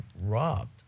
robbed